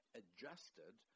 adjusted